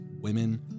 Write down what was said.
women